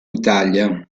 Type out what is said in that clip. italia